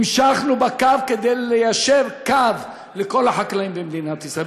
המשכנו בקו כדי ליישר קו לכל החקלאים במדינת ישראל.